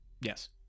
Yes